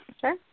Sure